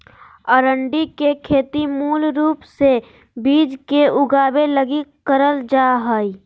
अरंडी के खेती मूल रूप से बिज के उगाबे लगी करल जा हइ